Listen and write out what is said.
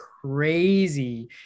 crazy